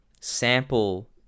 sample